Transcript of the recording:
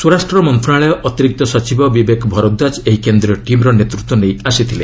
ସ୍ୱରାଷ୍ଟ୍ର ମନ୍ତ୍ରଣାଳୟ ଅତିରିକ୍ତ ସଚିବ ବିବେକ ଭରଦ୍ୱାଜ ଏହି କେନ୍ଦ୍ରୀୟ ଟିମ୍ର ନେତୃତ୍ୱ ନେଇ ଆସିଥିଲେ